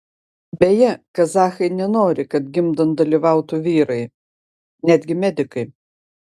beje kazachai nenori kad gimdant dalyvautų vyrai netgi medikai